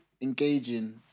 engaging